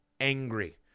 angry